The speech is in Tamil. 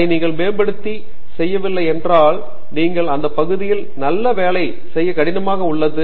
அதை நீங்கள் மேம்படுத்தி செய்யவில்லை என்றால் நீங்கள் அந்த பகுதியில் நல்ல வேலை செய்ய கடினமாக உள்ளது